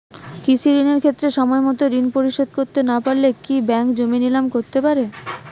কৃষিঋণের ক্ষেত্রে সময়মত ঋণ পরিশোধ করতে না পারলে কি ব্যাঙ্ক জমি নিলাম করতে পারে?